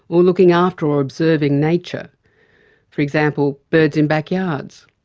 or looking after or observing nature for example birds in backyards,